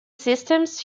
systems